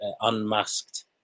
unmasked